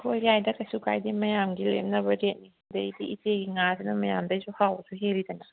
ꯍꯣꯏ ꯌꯥꯏꯗ ꯀꯩꯁꯨ ꯀꯥꯏꯗꯦ ꯃꯌꯥꯝꯒꯤ ꯔꯦꯠꯅꯤꯅ ꯑꯗꯨꯕꯨꯗꯤ ꯑꯗꯨꯗꯒꯤꯗꯤ ꯏꯆꯦꯒꯤ ꯉꯥꯁꯤꯅ ꯃꯌꯥꯝꯗꯒꯤꯁꯨ ꯍꯥꯎꯕꯁꯨ ꯍꯦꯜꯂꯤꯗꯅ